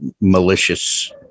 malicious